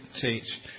teach